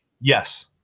Yes